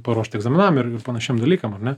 paruošt egzaminam ir panašiem dalykams ar ne